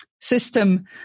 System